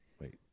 Wait